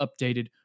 updated